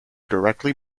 directly